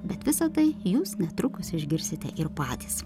bet visa tai jūs netrukus išgirsite ir patys